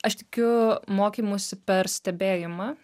aš tikiu mokymusi per stebėjimą